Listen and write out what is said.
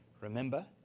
Remember